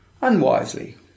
unwisely